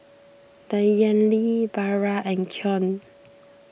Danyelle Vara and Keon